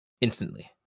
instantly